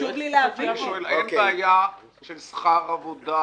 אין בעיה של שכר עבודה,